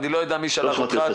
אני לא יודע מי שלח אותך,